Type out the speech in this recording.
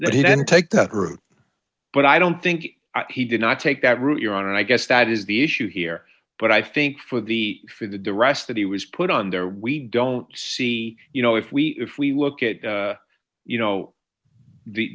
that he then take that route but i don't think he did not take that route your honor i guess that is the issue here but i think for the for the duress that he was put on there we don't see you know if we if we look at you know the